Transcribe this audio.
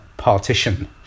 partition